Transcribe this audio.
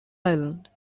island